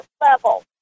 level